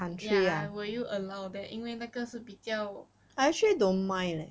ya will you allow that 因为那个是比较